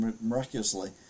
miraculously